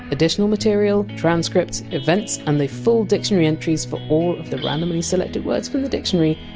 additional material, transcripts, events and the full dictionary entries for all the randomly selected words from the dictionary,